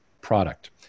product